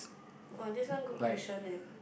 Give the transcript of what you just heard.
[wah] this one good question leh